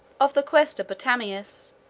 of the quaestor potamius,